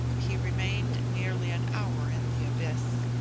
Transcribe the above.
he remained nearly an hour in the abyss.